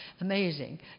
Amazing